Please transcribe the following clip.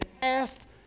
past